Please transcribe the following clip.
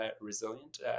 resilient